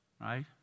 Right